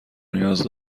نیاز